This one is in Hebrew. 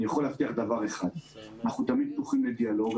אני יכול להבטיח דבר אחד: אנחנו תמיד פתוחים לדיאלוג.